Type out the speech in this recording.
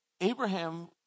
Abraham